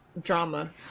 Drama